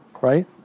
right